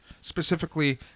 specifically